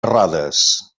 errades